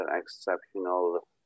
exceptional